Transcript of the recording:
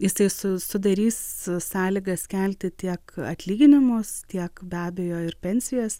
jisai su sudarys sąlygas kelti tiek atlyginimus tiek be abejo ir pensijas